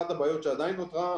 אחת הבעיות שעדיין נותרו,